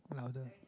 louder